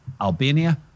Albania